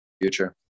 future